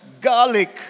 garlic